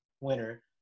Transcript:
winner